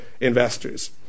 investors